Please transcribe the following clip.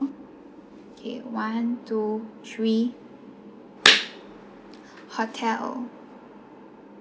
mm okay one two three hotel hotel